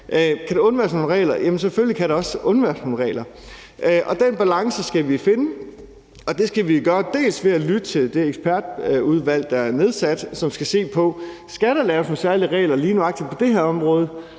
Kan der undværes nogen regler? Jamen selvfølgelig kan der også undværes nogle regler. Og den balance skal vi finde, og det skal vi gøre dels ved at lytte til det ekspertudvalg, der er nedsat, som skal se på: Skal der laves nogen særlige regler lige nøjagtig på det her område